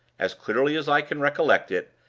as clearly as i can recollect it,